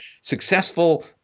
successful